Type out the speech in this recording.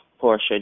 Portia